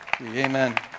Amen